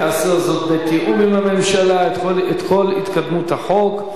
יעשה זאת בתיאום עם הממשלה, את כל התקדמות החוק.